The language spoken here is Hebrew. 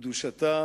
קדושתה